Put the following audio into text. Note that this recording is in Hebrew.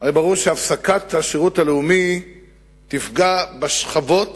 הרי ברור שהפסקת השירות הלאומי תפגע בשכבות